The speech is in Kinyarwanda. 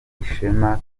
ishema